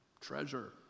Treasure